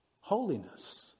holiness